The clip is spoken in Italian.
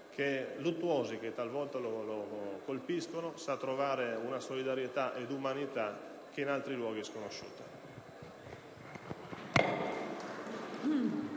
luttuosi che talvolta lo colpiscono, sa mostrare una solidarietà è un'umanità che in altri luoghi è sconosciuta.